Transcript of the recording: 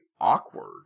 awkward